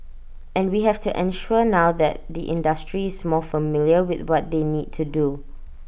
and we have to ensure now that the industry is more familiar with what they need to do